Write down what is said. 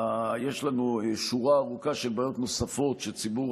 יש לנו שורה ארוכה של בעיות נוספות שציבור